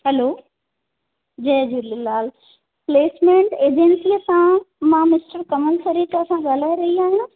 hello जय Jhulelal placement एजंसीअ सां मां मिस्टर कमल सरेता सां ॻाल्हाए रही आहियां